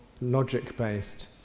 logic-based